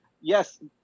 yes